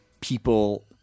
people